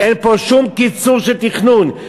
אין פה שום קיצור של תכנון,